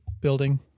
building